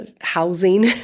housing